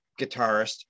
guitarist